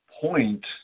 point